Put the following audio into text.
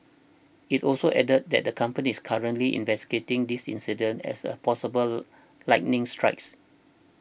it also added that the company is currently investigating this incident as a possible lightning strikes